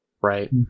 right